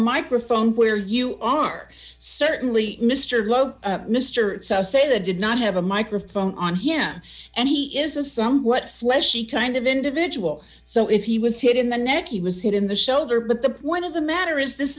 microphone where you are certainly mr bloke mr say they did not have a microphone on him and he is a somewhat fleshy kind of individual so if he was hit in the neck he was hit in the shoulder but the point of the matter is this